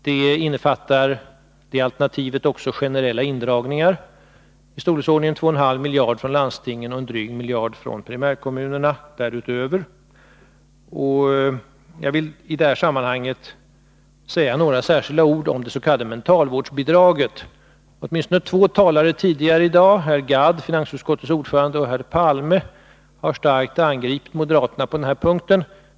Det alternativet innefattar också generella miska frågor, indragningar i storleksordningen 2,5 miljarder från landstingen och därut =» m över en dryg miljard från primärkommunerna. Jag vill i det här sammanhanget säga några ord om det s.k. mentalvårdsbidraget. Åtminstone två talare tidigare i dag — herr Gadd, finansutskottets ordförande, och herr Palme — har starkt angripit moderaterna på den här punkten.